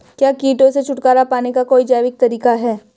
क्या कीटों से छुटकारा पाने का कोई जैविक तरीका है?